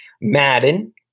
Madden